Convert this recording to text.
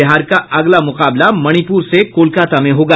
बिहार का अगला मुकाबला मणिपुर से कोलकाता में होगा